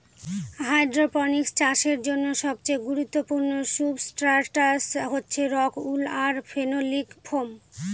hydroponics চাষের জন্য সবচেয়ে গুরুত্বপূর্ণ সুবস্ট্রাটাস হচ্ছে রক উল আর ফেনোলিক ফোম